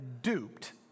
duped